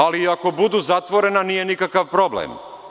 Ali, i ako budu zatvorena, nije nikakav problem.